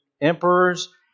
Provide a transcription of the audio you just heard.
emperors